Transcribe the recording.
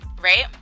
right